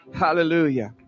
Hallelujah